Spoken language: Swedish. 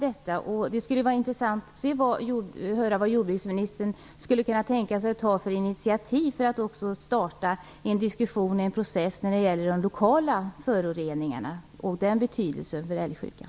Det skulle vara intressant att höra vad jordbruksministern kan tänka sig att ta för inititativ för att starta en diskussion och en process när det gäller de lokala föroreningarna och dessas betydelse för älgsjukan.